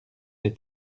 les